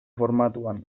formatuan